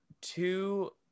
two